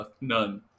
none